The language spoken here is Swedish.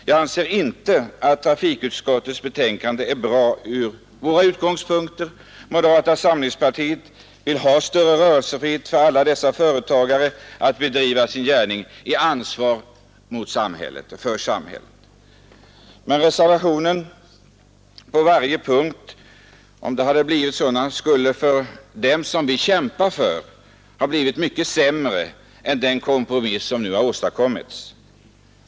Jag anser att trafikutskottets betänkan de inte är bra — sett från våra utgångspunkter. Moderata samlingspartiet vill ha större rörelsefrihet för alla dessa företagare så att dessa kan bedriva sin verksamhet, under ansvar mot samhället och till gagn för samhället. Om det hade blivit reservationer på varje punkt, skulle detta ha varit mycket sämre än den kompromiss som nu har åstadkommits.